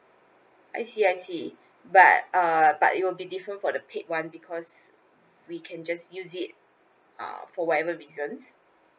I see I see but uh but it will be different for the paid one because we can just use it uh for whatever reasons